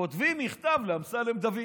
כותבים מכתב לאמסלם דוד.